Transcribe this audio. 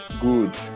Good